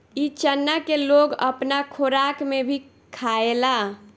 इ चना के लोग अपना खोराक में भी खायेला